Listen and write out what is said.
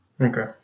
okay